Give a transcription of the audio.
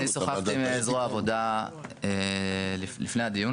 אני שוחחתי עם זרוע העבודה לפני הדיון,